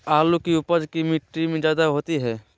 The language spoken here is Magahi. आलु की उपज की मिट्टी में जायदा होती है?